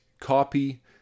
copy